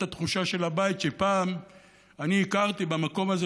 התחושה של הבית שפעם אני הכרתי במקום הזה,